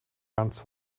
ganz